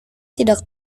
tidak